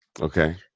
Okay